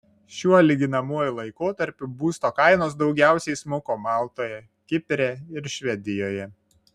šiuo lyginamuoju laikotarpiu būsto kainos daugiausiai smuko maltoje kipre ir švedijoje